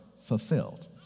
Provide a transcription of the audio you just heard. fulfilled